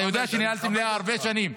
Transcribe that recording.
אתה יודע שניהלתי מליאה הרבה שנים.